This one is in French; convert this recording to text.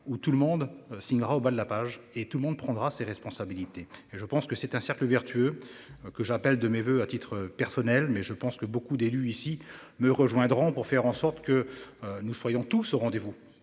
où tout le monde signera au bas de la page et tout le monde prendra ses responsabilités et je pense que c'est un cercle vertueux. Que j'appelle de mes voeux, à titre personnel mais je pense que beaucoup d'élus ici me rejoindront pour faire en sorte que. Nous soyons tous au rendez-vous